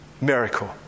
miracle